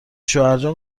شوهرجان